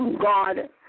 God